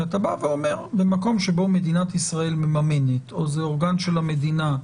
אתה בא ואומר שבמקום שבו מדינת ישראל מממנת או זה אורגן של המדינה.